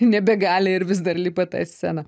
nebegali ir vis dar lipa į tą sceną